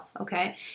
okay